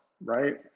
right